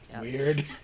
weird